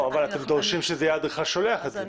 אבל אתם דורשים שהאדריכל ישלח את זה.